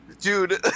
Dude